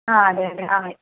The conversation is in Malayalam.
ആ അതെയതെ ആ